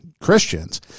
Christians